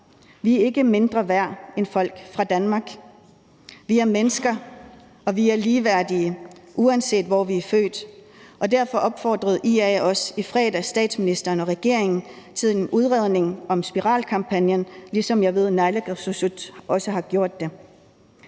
Vi er ikke mindre værd end folk fra Danmark. Vi er mennesker, og vi er ligeværdige, uanset hvor vi er født. Derfor opfordrede IA også i fredags statsministeren og regeringen til at lave en udredning i forhold til spiralkampagnen, som jeg ved at også naalakkersuisut har gjort.